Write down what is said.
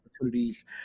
opportunities